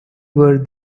were